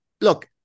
Look